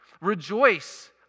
Rejoice